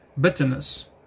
bitterness